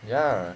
ya